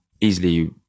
easily